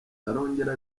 arongera